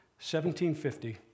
1750